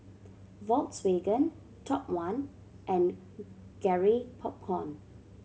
Volkswagen Top One and Garrett Popcorn